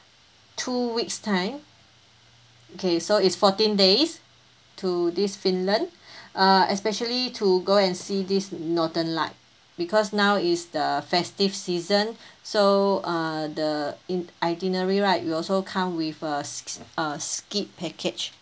two weeks time okay so it's fourteen days to this finland err especially to go and see this northern light because now it's the festive season so err the in~ itinerary right will also come with a sk~ sk~ err skipped package